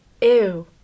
ew